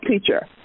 teacher